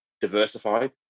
diversified